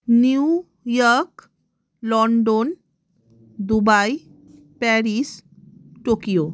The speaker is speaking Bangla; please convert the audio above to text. new York London Dubai Paris Tokyo